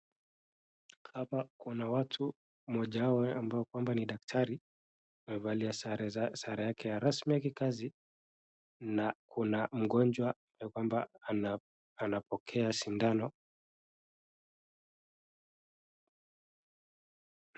Hapa kuna watu wawili. Mmoja wao ambaye kwamba ni daktari amevaa sare yake rasmi ya kikazi, na kuna mgonjwa ambaye kwamba anapokea sindano.